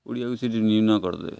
ଓଡ଼ିଆକୁ ସେଟି ନ୍ୟୁନ କରିଦେବେ